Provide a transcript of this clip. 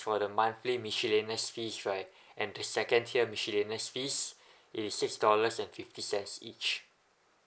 for the monthly miscellaneous fees right and the second tier miscellaneous fees is six dollars and fifty cents each